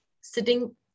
sitting